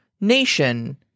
nation